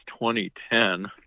2010